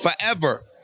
forever